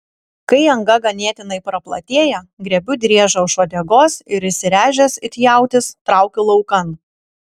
kai anga ganėtinai praplatėja griebiu driežą už uodegos ir įsiręžęs it jautis traukiu laukan